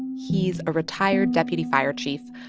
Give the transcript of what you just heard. he's a retired deputy fire chief.